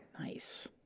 nice